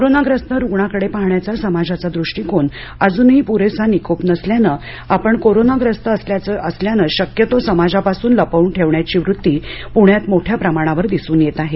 कोरोनाग्रस्त रुग्णाकडे पाहण्याचा समाजाचा दृष्टिकोन अजूनही पुरेसा निकोप नसल्यानं आपण कोरोनाग्रस्त असल्याचं शक्यतो समाजापासून लपवून ठेवण्याची वृत्ती पुण्यात मोठ्या प्रमाणावर दिसून येत आहे